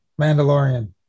Mandalorian